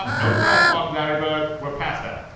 no trash talk, larry bird we're past that